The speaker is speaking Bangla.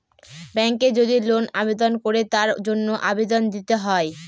ব্যাঙ্কে যদি লোন আবেদন করে তার জন্য আবেদন দিতে হয়